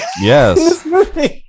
Yes